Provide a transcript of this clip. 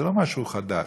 זה לא משהו חדש.